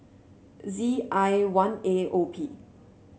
Z I one A O P